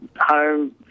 Home